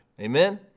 amen